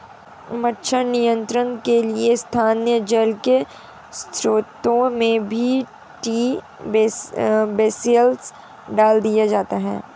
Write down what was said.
मच्छर नियंत्रण के लिए स्थानीय जल के स्त्रोतों में बी.टी बेसिलस डाल दिया जाता है